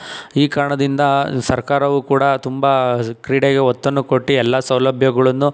ಈ ಕಾರಣದಿಂದ ಸರ್ಕಾರವು ಕೂಡ ತುಂಬಾ ಕ್ರೀಡೆಗೆ ಒತ್ತನ್ನು ಕೊಟ್ಟು ಎಲ್ಲ ಸೌಲಭ್ಯಗಳನ್ನು